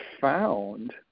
found